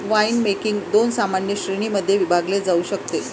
winemaking दोन सामान्य श्रेणीं मध्ये विभागले जाऊ शकते